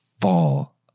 fall